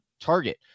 target